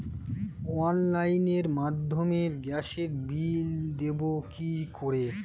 অনলাইনের মাধ্যমে গ্যাসের বিল দেবো কি করে?